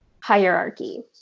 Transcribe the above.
hierarchy